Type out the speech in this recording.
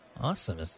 Awesome